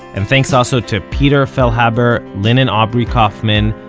and thanks also to peter fehlhaber, lynn and aubrey kauffman,